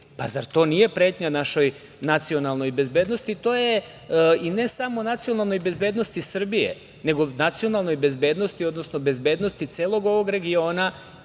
Pa, zar to nije pretnja našoj nacionalnoj bezbednosti? To je, i ne samo nacionalnoj bezbednosti Srbije, nego nacionalnoj bezbednosti, odnosno bezbednosti celog ovog regiona,